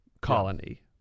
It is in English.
colony